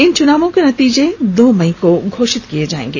इन चुनावों के नतीजे दो मई को घोषित किए जाएंगे